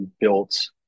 built